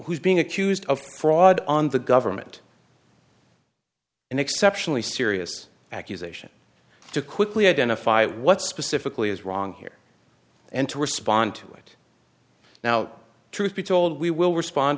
who's being accused of fraud on the government an exceptionally serious accusation to quickly identify what specifically is wrong here and to respond to it now truth be told we will